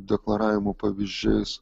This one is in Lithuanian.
deklaravimo pavyzdžiais